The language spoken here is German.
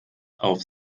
auf